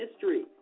history